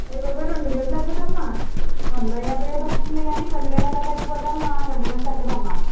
అయ్యబాబోయ్ రెండువేలు తగ్గదమ్మా వందో యాభైయో తగ్గుతుంది కానీ రెండు వేలు ఎలా తగ్గుపోతుందమ్మ రెండు వేలు తగ్గదమ్మ